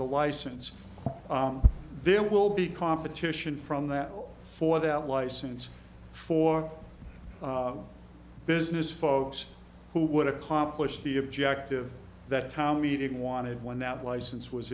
the license there will be competition from that all for that license for business folks who would accomplish the objective that town meeting wanted when that license was